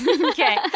Okay